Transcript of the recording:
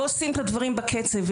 ועושים את הדברים בקצב,